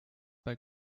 bei